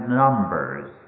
numbers